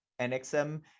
NXM